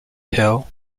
hill